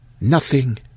Nothing